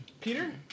Peter